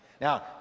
Now